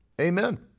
Amen